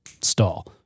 stall